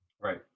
Right